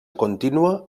contínua